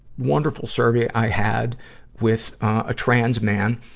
wonderful survey i had with a trans man,